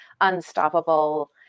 unstoppable